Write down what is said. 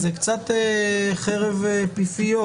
קצת חרב פיפיות.